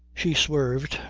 she swerved,